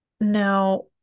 Now